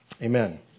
Amen